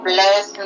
Bless